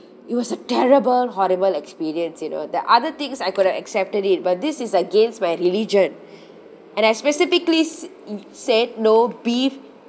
it was a terrible horrible experience you know the other things I could have accepted it but this is against my religion and I specifically said no beef